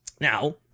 Now